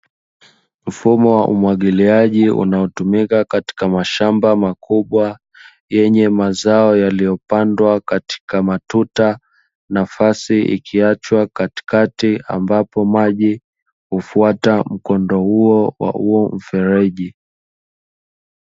Mfumo wa umwagiliaji unaotumika katika mashamba makubwa yenye mazao yaliyopandwa katika matuta, nafasi ikiachwa katikati ambapo maji hufuata mkondo huo wa huo mfereji.